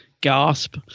Gasp